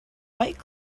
fight